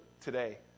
today